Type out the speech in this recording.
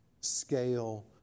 scale